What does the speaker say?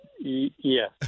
Yes